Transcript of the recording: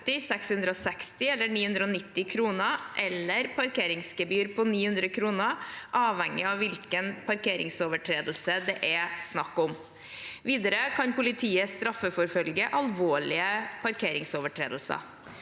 660 eller 990 kr eller parkeringsgebyr på 900 kr, avhengig av hvilken parkeringsovertredelse det er snakk om. Videre kan politiet straffeforfølge alvorlige parkeringsovertredelser.